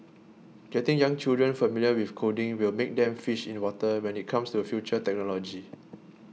getting young children familiar with coding will make them fish in water when it comes to future technology